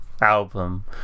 album